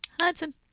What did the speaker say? Hudson